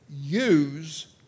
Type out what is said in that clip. use